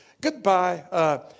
goodbye